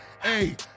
Hey